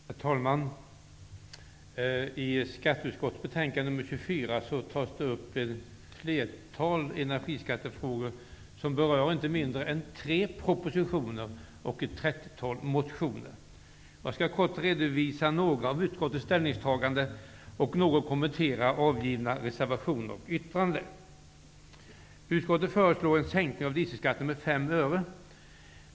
Herr talman! I skatteutskottets betänkande nr 34 tas ett flertal energiskattefrågor upp, som berör inte mindre än tre propositioner och ett trettiotal motioner. Jag skall kort redovisa några av utskottets ställningstaganden och något kommentera avgivna reservationer och yttranden. Utskottet föreslår en sänkning av dieselskatten med 5 öre.